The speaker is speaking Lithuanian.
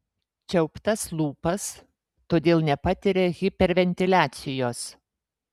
čiauptas lūpas todėl nepatiria hiperventiliacijos